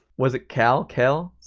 was it cal kell?